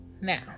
now